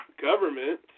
government